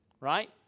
right